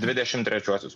dvidešim trečiuosius